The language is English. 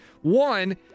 one